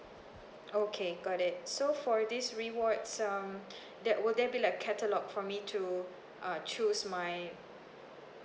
okay got it so for this rewards um that will there be like catalogue for me to uh choose my